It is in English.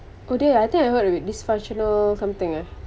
oh dear I think I heard a dysfunctional something eh